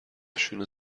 نشون